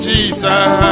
Jesus